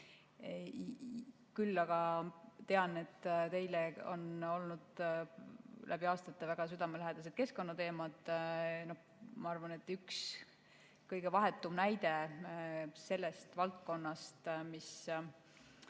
Aga ma tean, et teile on läbi aastate olnud väga südamelähedased keskkonnateemad. Ma arvan, et üks kõige vahetum näide sellest valdkonnast, mis